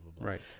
Right